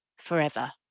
forever